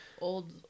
old